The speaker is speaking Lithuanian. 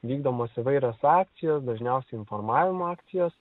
vykdomos įvairios akcijos dažniausiai informavimo akcijos